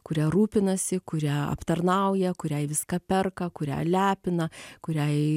kuria rūpinasi kurią aptarnauja kuriai viską perka kurią lepina kuriai